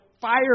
fire